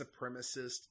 Supremacist